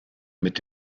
mit